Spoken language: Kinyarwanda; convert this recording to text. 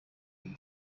uru